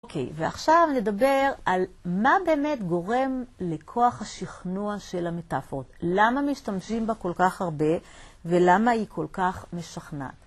אוקיי, ועכשיו נדבר על מה באמת גורם לכוח השכנוע של המיטפות. למה משתמשים בה כל כך הרבה, ולמה היא כל כך משכנעת?